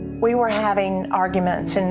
we were having arguments. and